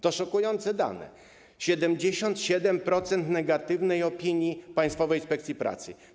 To są szokujące dane, 77% negatywnych opinii Państwowej Inspekcji Pracy.